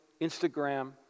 Instagram